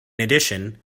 addition